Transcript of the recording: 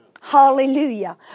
Hallelujah